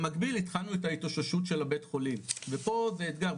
במקביל התחלנו את ההתאוששות של הבית חולים ופה זה אתגר,